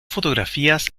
fotografías